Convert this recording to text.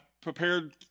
prepared